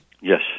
Yes